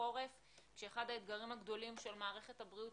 --- כשאחד האתגרים הגדולים של מערכת הבריאות